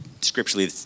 scripturally